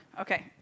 Okay